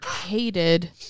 hated